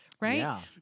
Right